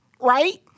right